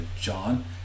John